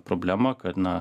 problema kad na